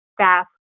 staff